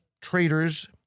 traders